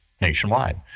nationwide